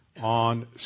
on